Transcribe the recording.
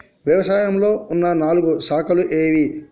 వ్యవసాయంలో ఉన్న నాలుగు శాఖలు ఏవి?